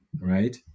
right